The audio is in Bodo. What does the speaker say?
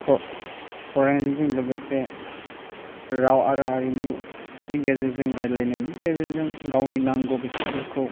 फरायनायजों लोगोसे राव आरो हारिमुनि गेजेरजों रायलायनायनि गेजेरजों गावनि नांगौ बेसादफोरखौ